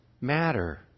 matter